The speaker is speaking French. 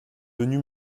venu